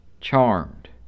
Charmed